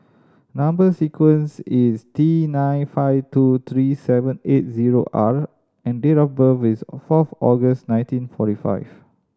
number sequence is T nine five two three seven eight zero R and date of birth is fourth August nineteen forty five